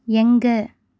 எங்கே